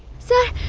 sir?